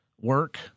work